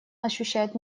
ощущает